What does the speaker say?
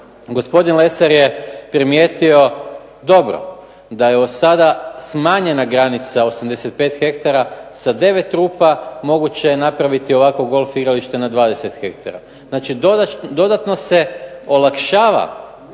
Gospodin Lesar je primijetio dobro da je od sada smanjena granica 85 ha sa 9 rupa, moguće je napraviti ovakvo golf igralište na 20 ha. Znači, dodatno se olakšava